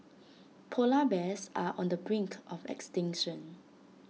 Polar Bears are on the brink of extinction